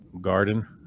garden